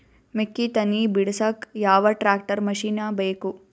ಮೆಕ್ಕಿ ತನಿ ಬಿಡಸಕ್ ಯಾವ ಟ್ರ್ಯಾಕ್ಟರ್ ಮಶಿನ ಬೇಕು?